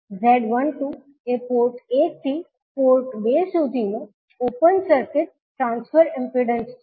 𝐳12 એ પોર્ટ 1 થી પોર્ટ 2 સુધીનો ઓપન સર્કિટ ટ્રાન્સફર ઇમ્પિડન્સ છે